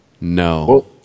no